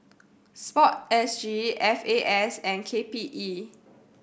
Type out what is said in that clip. Sport S G F A S and K P E